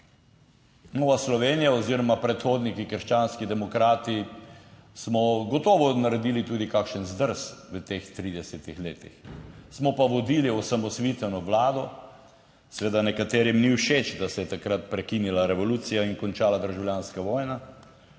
Nova Slovenija oziroma predhodniki, Krščanski demokrati, smo gotovo naredili tudi kakšen zdrs v teh 30 letih, smo pa vodili osamosvojitveno vlado. Seveda nekaterim ni všeč, da se je takrat prekinila revolucija in končala državljanska vojna.